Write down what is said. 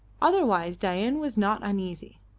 otherwise dain was not uneasy.